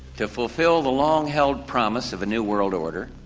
to fulfill the long held promise of a new world order.